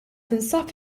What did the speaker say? tinsab